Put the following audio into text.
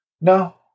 No